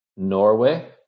Norway